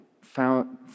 found